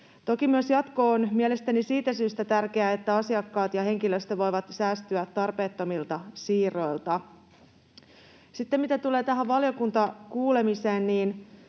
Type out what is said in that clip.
Toki jatko on mielestäni myös siitä syystä tärkeä, että asiakkaat ja henkilöstö voivat säästyä tarpeettomilta siirroilta. Sitten mitä tulee tähän valiokuntakuulemiseen, se